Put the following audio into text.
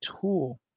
tool